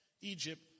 Egypt